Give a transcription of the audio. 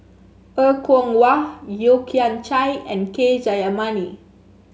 Er Kwong Wah Yeo Kian Chai and K Jayamani